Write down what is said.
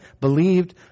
believed